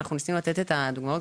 ניסינו לתת את הדוגמאות,